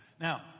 Now